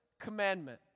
commandment